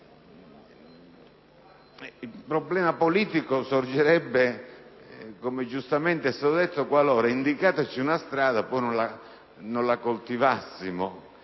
Il problema politico sorgerebbe, come giustamente è stato detto, qualora, indicataci una strada, poi non la coltivassimo.